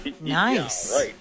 Nice